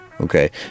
okay